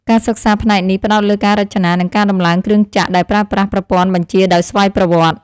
ការសិក្សាផ្នែកនេះផ្តោតលើការរចនា និងការដំឡើងគ្រឿងចក្រដែលប្រើប្រាស់ប្រព័ន្ធបញ្ជាដោយស្វ័យប្រវត្តិ។